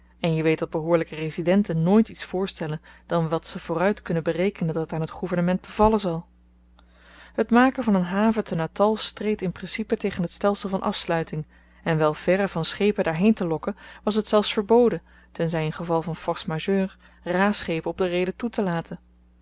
en je weet dat behoorlyke residenten nooit iets voorstellen dan wat ze vooruit kunnen berekenen dat aan t gouvernement bevallen zal het maken van een haven te natal streed in principe tegen t stelsel van afsluiting en wel verre van schepen daarheen te lokken was t zelfs verboden tenzy in geval van force majeure raschepen op de reede toetelaten